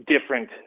different